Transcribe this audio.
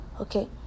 okay